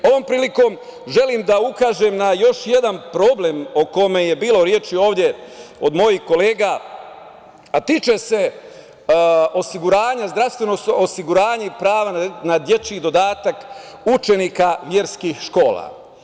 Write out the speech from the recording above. Ovom prilikom želim da ukažem na još jedan problem o kome je bilo reči ovde od mojih kolega a tiče se zdravstvenog osiguranja i prava na dečiji dodatak učenika verskih škola.